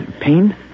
Pain